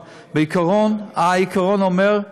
אבל העיקרון אומר,